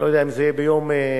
לא יודע אם זה יהיה ביום שני,